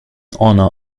honour